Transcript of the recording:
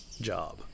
job